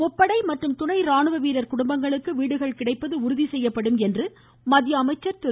முப்படை மற்றும் துணை ராணுவ வீரர் குடும்பங்களுக்கு வீடுகள் கிடைப்பது உறுதி செய்யப்படும் என்று மத்திய அமைச்சர் திரு